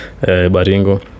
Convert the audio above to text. Baringo